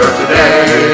today